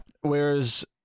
whereas